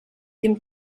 dem